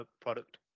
product